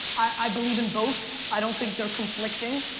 i believe in both. i don't think they're conflicting,